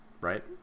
right